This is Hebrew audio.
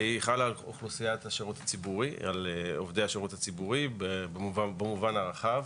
והיא חלה על עובדי השירות הציבורי במובן הרחב,